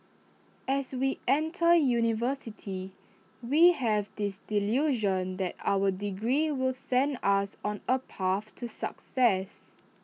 as we enter university we have this delusion that our degree will send us on A path to success